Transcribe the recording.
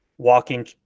walking